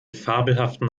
fabelhaften